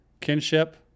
Kinship